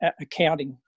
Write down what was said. accounting